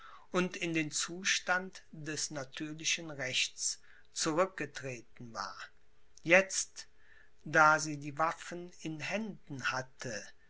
und in den zustand des natürlichen rechts zurückgetreten war jetzt da sie die waffen in händen hatte